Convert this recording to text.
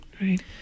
Right